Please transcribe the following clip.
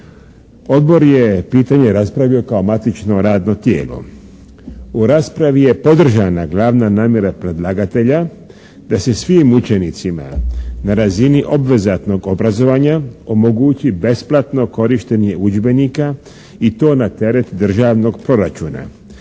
Odbor je pitanje raspravio kao matično radno tijelo. U raspravi je podržana glavna namjera predlagatelja da se svim učenicima na razini obvezatnog obrazovanja omogući besplatno korištenje udžbenika i to na teret državnog proračuna